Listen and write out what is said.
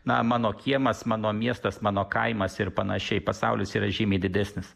na mano kiemas mano miestas mano kaimas ir panašiai pasaulis yra žymiai didesnis